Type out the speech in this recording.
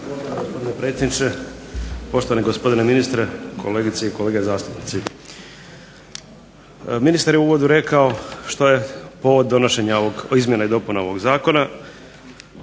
gospodine predsjedniče, poštovani gospodine ministre, kolegice i kolege zastupnici. Ministar je u uvodu rekao što je povod donošenja izmjene i dopune ovoga zakona ali čak i da nema